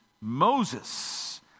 Moses